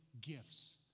gifts